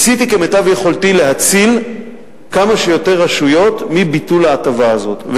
ניסיתי כמיטב יכולתי להציל כמה שיותר רשויות מביטול ההטבה הזאת.